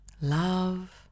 Love